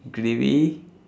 gravy